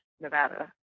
Nevada